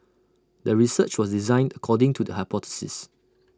the research was designed according to the hypothesis